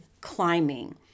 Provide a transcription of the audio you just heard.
climbing